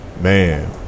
man